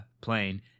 plane